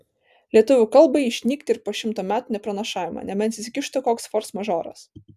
lietuvių kalbai išnykti ir po šimto metų nepranašaujama nebent įsikištų koks forsmažoras